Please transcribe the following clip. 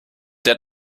der